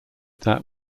that